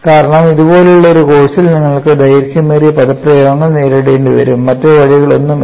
കാരണം ഇതുപോലുള്ള ഒരു കോഴ്സിൽ നിങ്ങൾക്ക് ദൈർഘ്യമേറിയ പദപ്രയോഗങ്ങൾ നേരിടേണ്ടിവരും മറ്റ് വഴികളൊന്നുമില്ല